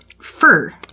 fur